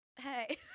hey